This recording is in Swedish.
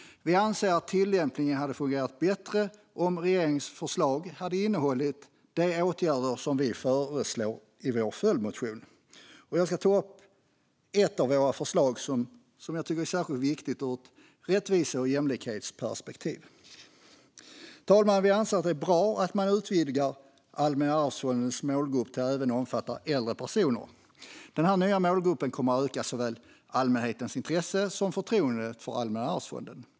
Vi anser att tillämpningen skulle fungera bättre om regeringens förslag hade innehållit de åtgärder som vi föreslår i vår följdmotion. Jag ska ta upp ett av våra förslag som är särskilt viktigt ur ett rättvise och jämlikhetsperspektiv. Herr talman! Vi anser att det är bra att man utvidgar Allmänna arvsfondens målgrupp till att omfatta även äldre personer. Den nya målgruppen kommer att öka såväl allmänhetens intresse som förtroendet för Allmänna arvsfonden.